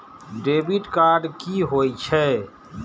Debit card कि होई छै?